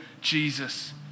Jesus